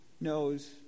knows